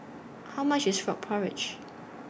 How much IS Frog Porridge